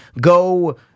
go